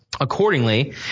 Accordingly